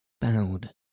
bowed